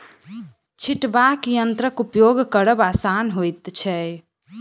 छिटबाक यंत्रक उपयोग करब आसान होइत छै